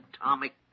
atomic